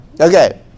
Okay